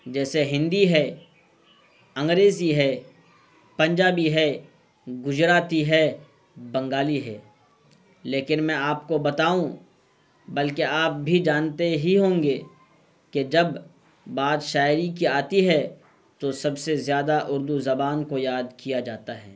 جیسے ہندی ہے انگریزی ہے پنجابی ہے گجراتی ہے بنگالی ہے لیکن میں آپ کو بتاؤں بلکہ آپ بھی جانتے ہی ہوں گے کہ جب بات شاعری کی آتی ہے تو سب سے زیادہ اردو زبان کو یاد کیا جاتا ہے